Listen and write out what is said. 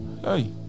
Hey